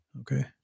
Okay